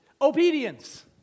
obedience